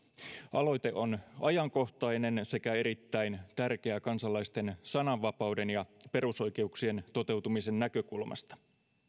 aloite on ajankohtainen sekä erittäin tärkeä kansalaisten sananvapauden ja perusoikeuksien toteutumisen näkökulmasta